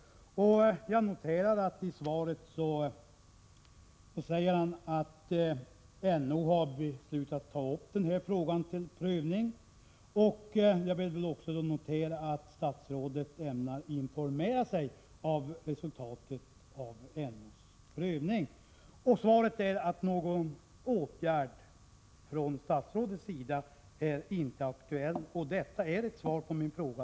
Jag noterar att statsrådet säger att NO har beslutat att ta upp den här frågan till prövning. Jag noterar även att statsrådet också ämnar informera sig om resultatet av NO:s prövning. Statsrådets svar är att någon åtgärd från hans sida inte är aktuell. Jag tackar för detta svar på min fråga.